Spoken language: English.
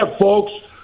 folks